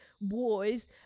boys